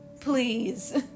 please